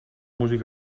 músic